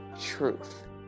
truth